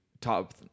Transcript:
top